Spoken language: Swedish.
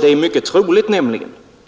Det är mycket troligt